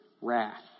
wrath